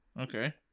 Okay